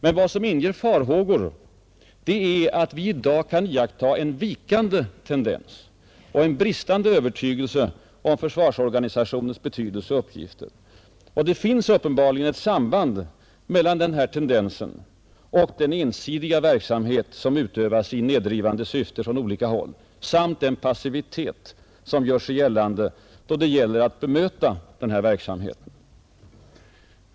Men vad som inger farhågor är att vi i dag kan iaktta en vikande tendens och en bristande övertygelse om försvarsorganisationens betydelse och uppgifter. Det finns uppenbarligen ett samband mellan den tendensen och den ensidiga verksamhet som utövas i nedrivande syfte från olika håll samt den passivitet som gör sig märkbar då det gäller att bemöta den verksamheten.